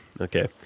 Okay